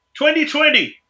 2020